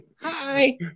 Hi